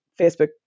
Facebook